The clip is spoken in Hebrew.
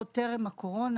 עוד טרם הקורונה,